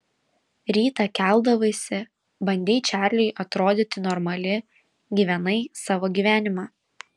rytą keldavaisi bandei čarliui atrodyti normali gyvenai savo gyvenimą